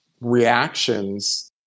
reactions